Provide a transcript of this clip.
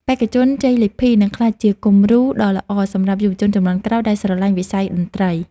បេក្ខជនជ័យលាភីនឹងក្លាយជាគំរូដ៏ល្អសម្រាប់យុវជនជំនាន់ក្រោយដែលស្រឡាញ់វិស័យតន្ត្រី។